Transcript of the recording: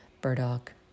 burdock